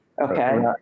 Okay